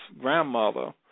grandmother